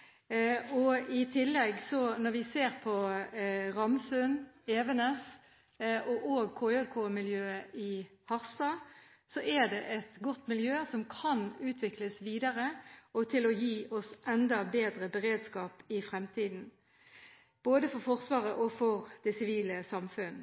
fast. I tillegg, når vi ser på Ramsund, Evenes og også KJK-miljøet i Harstad, er det et godt miljø som kan utvikles videre til å gi oss enda bedre beredskap i fremtiden, både for Forsvaret og for det sivile samfunn.